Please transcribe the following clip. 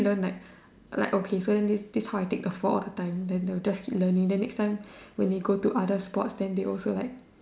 like okay so then this this how I take the fall all the time then they will just keep learning then next time when they go to other sports then they also like